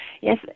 Yes